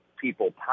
people